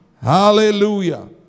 Hallelujah